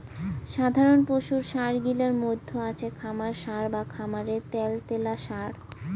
সাধারণ পশুর সার গিলার মইধ্যে আছে খামার সার বা খামারের ত্যালত্যালা সার